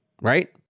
Right